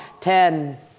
Ten